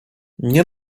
nie